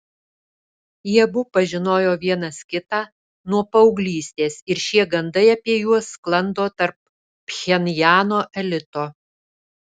jie abu pažinojo vienas kitą nuo paauglystės ir šie gandai apie juos sklando tarp pchenjano elito